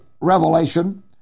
revelation